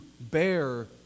bear